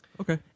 Okay